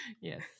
Yes